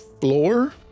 floor